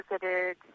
visited